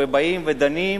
באים ודנים ובוחנים,